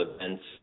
events